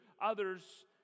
others